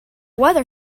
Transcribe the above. weather